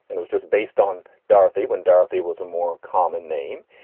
it was just based on dorothy when dorothy was a more common name.